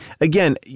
again